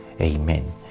Amen